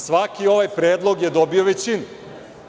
Svaki ovaj predlog je dobio većinu.